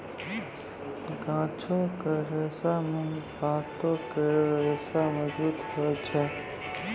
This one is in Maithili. गाछो क रेशा म पातो केरो रेशा मजबूत होय छै